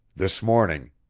this morning,